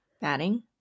batting